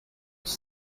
was